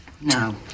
No